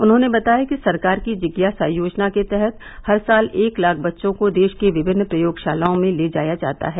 उन्होंने बताया कि सरकार की जिज्ञासा योजना के तहत हर साल एक लाख बच्चों को देष की विभिन्न प्रयोगषालाओं में ले जाया जाता है